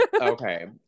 Okay